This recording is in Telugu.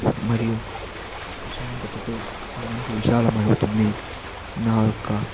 మరియు ప్రశాంతతతో నా మనసు విశాలమవుతుంది నా యొక్క